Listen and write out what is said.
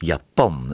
Japan